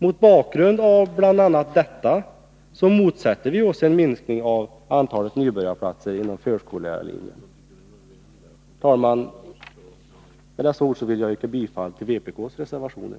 Mot bakgrund av bl.a. detta mostätter vi oss en minskning av antalet nybörjarplatser inom förskollärarlinjen. Herr talman! Med dessa ord vill jag yrka bifall till vpk:s reservationer.